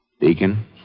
Deacon